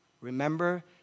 Remember